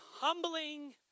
Humbling